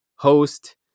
Host